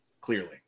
clearly